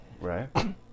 Right